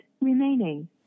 remaining